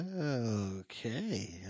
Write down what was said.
Okay